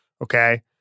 Okay